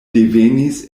devenis